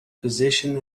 position